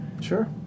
Sure